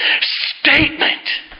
statement